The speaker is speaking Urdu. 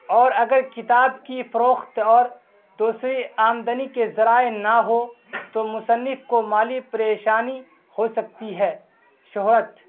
اور اگر کتاب کی فروخت اور دوسری آمدنی کے ذرائع نہ ہو تو مصنف کو مالی پریشانی ہو سکتی ہے شہرت